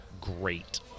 great